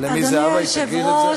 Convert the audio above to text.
למי את מתנגדת?